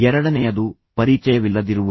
ಎರಡನೆಯದು ಪರಿಚಯವಿಲ್ಲದಿರುವುದು